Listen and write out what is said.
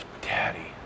Daddy